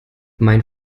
mein